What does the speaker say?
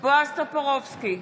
בועז טופורובסקי,